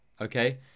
Okay